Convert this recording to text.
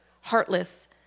heartless